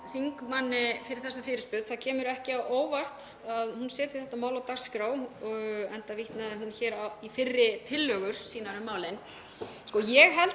þingmanni fyrir þessa fyrirspurn. Það kemur ekki á óvart að hún setji þetta mál á dagskrá enda vitnaði hún í fyrri tillögur sínar um málin.